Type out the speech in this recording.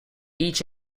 each